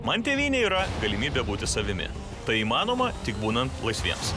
man tėvynė yra galimybė būti savimi tai įmanoma tik būnant laisviems